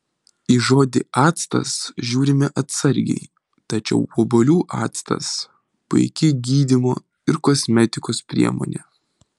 į žodį actas žiūrime atsargiai tačiau obuolių actas puiki gydymo ir kosmetikos priemonė